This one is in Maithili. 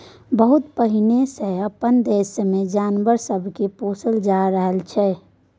बहुत पहिने सँ अपना देश मे जानवर सब के पोसल जा रहल छै